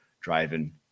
driving